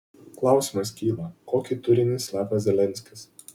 klausimas kyla kokį turinį slepia zelenskis